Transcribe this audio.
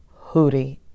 Hootie